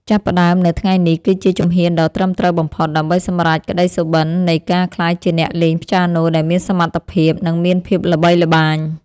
ចាប់ផ្តើមនៅថ្ងៃនេះគឺជាជំហានដ៏ត្រឹមត្រូវបំផុតដើម្បីសម្រេចក្តីសុបិននៃការក្លាយជាអ្នកលេងព្យ៉ាណូដែលមានសមត្ថភាព និងមានភាពល្បីល្បាញ។